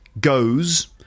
goes